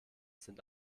sind